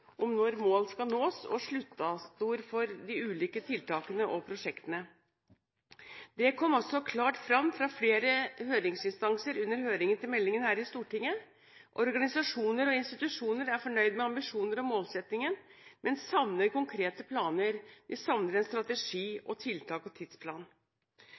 for de ulike tiltakene og prosjektene. Det kom også klart fram fra flere høringsinstanser under høringen til meldingen her i Stortinget: Organisasjoner og institusjoner er fornøyd med ambisjoner og målsettinger, men savner konkrete planer, de savner en strategi, tiltak og tidsplan.